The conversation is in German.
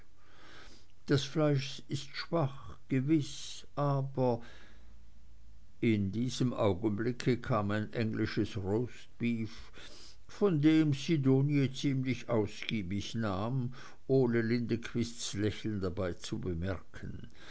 das fleisch ist schwach gewiß aber in diesem augenblick kam ein englisches roastbeef von dem sidonie ziemlich ausgiebig nahm ohne lindequists lächeln dabei zu bemerken